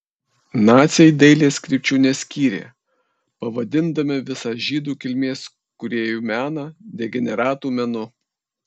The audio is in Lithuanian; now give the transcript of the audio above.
naciai dailės krypčių neskyrė pavadindami visą žydų kilmės kūrėjų meną degeneratų menu